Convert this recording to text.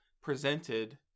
presented